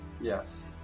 Yes